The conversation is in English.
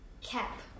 cap